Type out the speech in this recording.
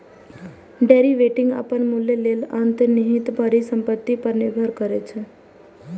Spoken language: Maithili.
डेरिवेटिव अपन मूल्य लेल अंतर्निहित परिसंपत्ति पर निर्भर करै छै